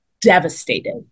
devastated